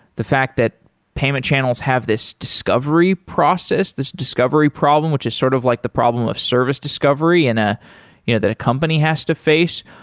the fact that payment channels have this discovery process, this discovery problem, which is sort of like the problem of service discovery and ah you know that a company has to face.